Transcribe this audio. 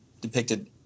depicted